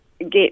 get